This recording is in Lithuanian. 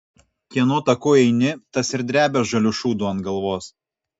kieno taku eini tas ir drebia žaliu šūdu ant galvos